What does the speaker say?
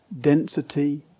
density